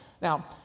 Now